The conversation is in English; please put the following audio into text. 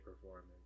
performance